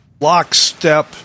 lockstep